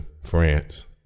France